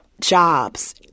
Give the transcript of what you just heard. jobs